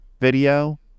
video